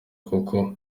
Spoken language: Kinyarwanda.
kuko